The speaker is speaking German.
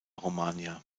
romagna